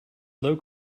low